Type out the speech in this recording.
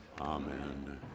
amen